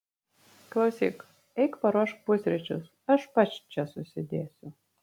klausyk eik paruošk pusryčius aš pats čia susidėsiu